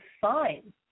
fine